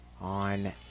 on